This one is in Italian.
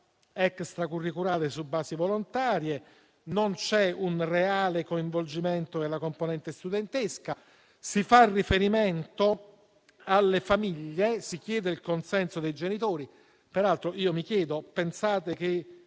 extracurriculari su base volontaria. Non c'è un reale coinvolgimento della componente studentesca. Si fa riferimento alle famiglie e si chiede il consenso dei genitori. Peraltro io mi chiedo: pensate che